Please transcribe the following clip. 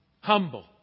Humble